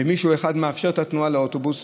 ומישהו אחד מאפשר את התנועה לאוטובוסים.